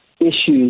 issues